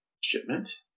shipment